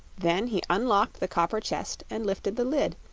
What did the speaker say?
then he unlocked the copper chest and lifted the lid,